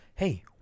Hey